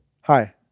hi